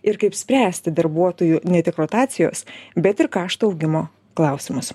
ir kaip spręsti darbuotojų ne tik rotacijos bet ir kašto augimo klausimus